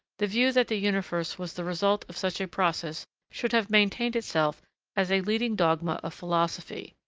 the view that the universe was the result of such a process should have maintained itself as a leading dogma of philosophy.